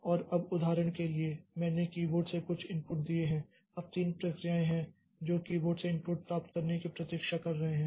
और अब उदाहरण के लिए मैंने कीबोर्ड से कुछ इनपुट दिए हैं अब तीन प्रक्रियाएं हैं जो कीबोर्ड से इनपुट प्राप्त करने की प्रतीक्षा कर रहे हैं